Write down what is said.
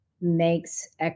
makes